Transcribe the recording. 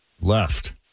left